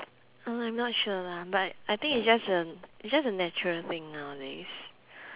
uh I'm not sure lah but I think it's just a it's just a natural thing nowadays